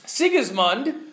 Sigismund